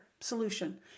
solution